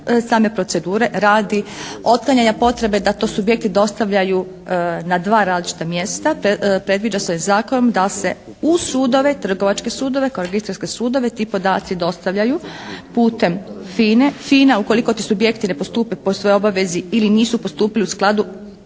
same procedure, radi otklanjanja potrebe da to subjekti dostavljaju na dva različita mjesta predviđa se ovim zakonom da se u sudove, trgovačke sudove kao arbitarske sudove ti podaci dostavljaju putem FINA-e. FINA ukoliko ti subjekti ne postupe po svojoj obavezi ili nisu postupili u skladu